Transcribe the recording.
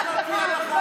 רד מהדוכן.